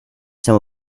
some